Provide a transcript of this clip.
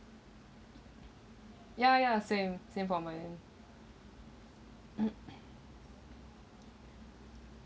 ya ya same same for my